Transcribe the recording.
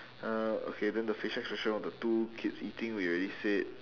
uh okay then the facial expression of the two kids eating we already said